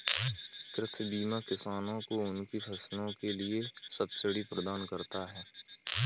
कृषि बीमा किसानों को उनकी फसलों के लिए सब्सिडी प्रदान करता है